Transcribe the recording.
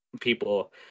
people